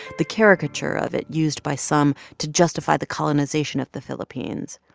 the caricature of it used by some to justify the colonization of the philippines.